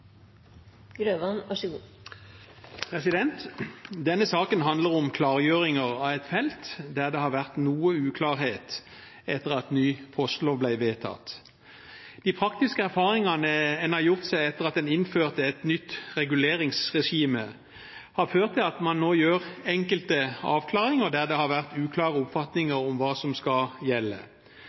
Denne saken handler om klargjøringer av et felt der det har vært noe uklarhet etter at ny postlov ble vedtatt. De praktiske erfaringene man har gjort seg etter at man innførte et nytt reguleringsregime, har ført til at man nå gjør enkelte avklaringer der det har vært uklare oppfatninger om hva som skal gjelde.